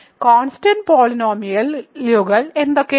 constant പോളിനോമിയലുകൾ എന്തൊക്കെയാണ്